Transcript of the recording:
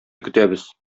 көтәбез